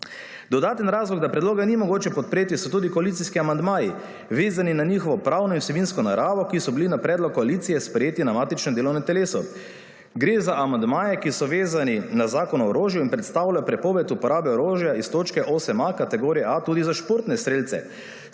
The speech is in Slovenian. Dodaten razlog, da predloga ni mogoče podpreti so tudi koalicijski amandmaji vezani na njihovo pravno in vsebinsko naravo, ki so bili na predlog koalicije sprejeti na matičnem delovnem telesu. Gre za amandmaje, ki so vezani na Zakon o orožju in predstavlja prepoved uporabe orožja iz točke 8a kategorije A tudi za športne strelce.